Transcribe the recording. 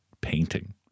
painting